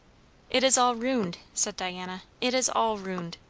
it is all ruined, said diana it is all ruined.